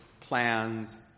plans